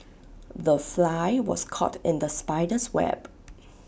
the fly was caught in the spider's web